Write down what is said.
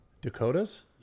Dakotas